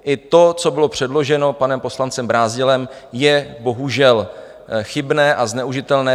I to, co bylo předloženo panem poslancem Brázdilem, je bohužel chybné a zneužitelné.